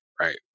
right